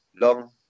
long